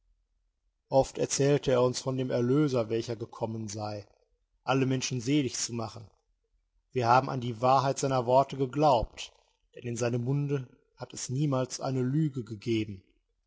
oft erzählte er uns von dem erlöser welcher gekommen sei alle menschen selig zu machen wir haben an die wahrheit seiner worte geglaubt denn in seinem munde hat es niemals eine lüge gegeben